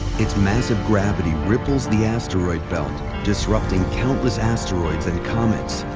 its massive gravity ripples the asteroid belt, disrupting countless asteroids and comets,